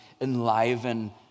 enliven